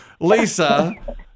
lisa